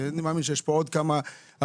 אני מאמין שיש פה עוד כמה עמותות,